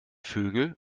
vögel